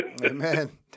Amen